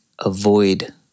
avoid